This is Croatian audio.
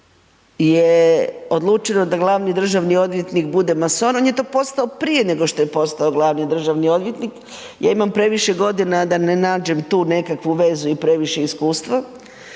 je odlučeno da glavni državni odvjetnik bude mason, on je to postao prije nego što je postao glavni državni odvjetnik. Ja imam previše godina da ne nađem tu nekakvu vezu i previše iskustva